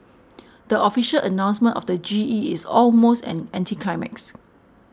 the official announcement of the G E is almost an anticlimax